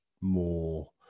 more